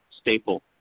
staple